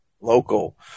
Local